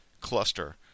cluster